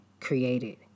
created